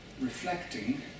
reflecting